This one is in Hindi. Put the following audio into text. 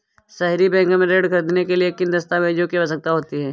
सहरी बैंक से ऋण ख़रीदने के लिए किन दस्तावेजों की आवश्यकता होती है?